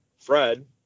Fred